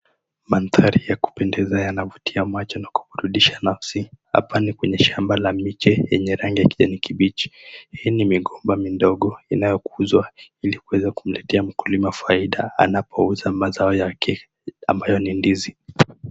Manthari ya kupendeza yanavutia macho na kuburudisha nafsi. Hapa ni kwenye shamba la mimea yenye rangi ya kijani kibichi. Hii ni migomba midogo inayokuzwa ili kuweza kumletea mkulima faida anapouza mazao yake ambayo ni ndizi.